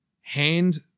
hand